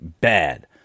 bad